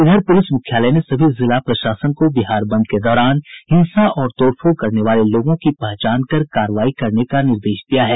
इधर पुलिस मुख्यालय ने सभी जिला प्रशासन को बिहार बंद के दौरान हिंसा और तोड़फोड़ करने वाले लोगों की पहचान कर कार्रवाई करने का निर्देश दिया है